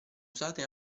usate